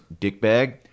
dickbag